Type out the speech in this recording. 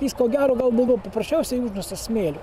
jis ko gero gal buvo paprasčiausiai užverstas smėliu